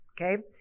Okay